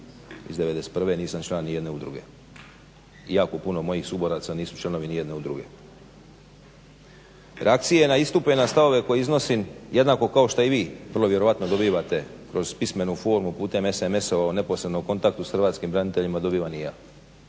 iz '91., nisam član nijedne udruge i jako puno mojih suboraca nisu članovi nijedne udruge. Reakcije i na istupe i na stavove koje iznosim jednako kao što i vi vrlo vjerojatno dobivate kroz pismenu formu, putem SMS-ova u neposrednom kontaktu sa hrvatskim braniteljima, a dobivam i ja.